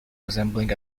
resembling